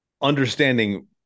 understanding